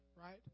right